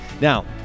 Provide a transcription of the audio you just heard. Now